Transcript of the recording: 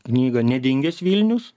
knygą nedingęs vilnius